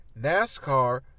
NASCAR